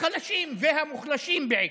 החלשים והמוחלשים בעיקר,